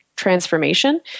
Transformation